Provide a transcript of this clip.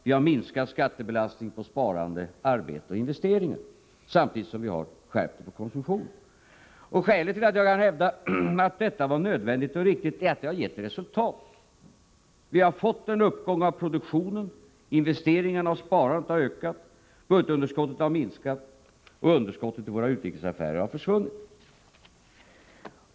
Vi har minskat skattebelastningen på sparande, arbete och investeringar, samtidigt som vi har skärpt den på konsumtionen. Skälet till att jag kan hävda att detta var nödvändigt och riktigt är att det har gett resultat. Vi har fått en uppgång av produktionen. Investeringarna och sparandet har ökat. Budgetunderskottet har minskat, och underskottet i våra utrikesaffärer har försvunnit.